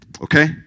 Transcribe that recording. Okay